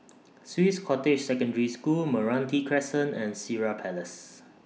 Swiss Cottage Secondary School Meranti Crescent and Sireh Place